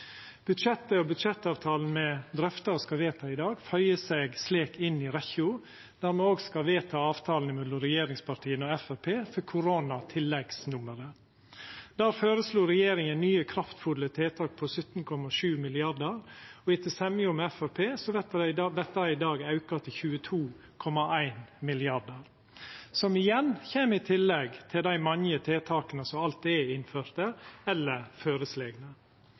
Budsjettet og budsjettavtalen me drøftar og skal vedta i dag, føyer seg slik inn i rekkja, der me òg skal vedta avtalen mellom regjeringspartia og Framstegspartiet for koronatilleggsnummeret. Der føreslo regjeringa nye kraftfulle tiltak på 17,7 mrd. kr, og etter semja med Framstegspartiet vert det i dag auka til 22,1 mrd. kr, som igjen kjem i tillegg til dei mange tiltaka som alt er innførte eller